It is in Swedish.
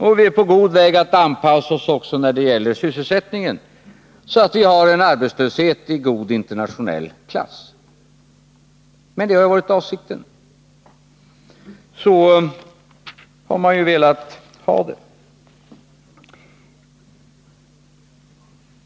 Och vi är på god väg att anpassa oss också när det gäller sysselsättningen, så att vi har en arbetslöshet i god internationell klass. Men det har ju varit avsikten. Så har man ju velat ha det.